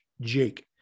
Jake